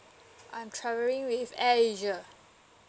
I'm travelling with air asia